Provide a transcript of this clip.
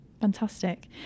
Fantastic